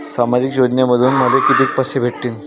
सामाजिक योजनेमंधून मले कितीक पैसे भेटतीनं?